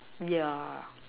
yeah